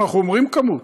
אנחנו אומרים כמות.